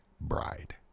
bride